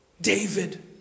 David